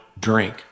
drink